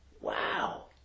Wow